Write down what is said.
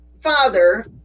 father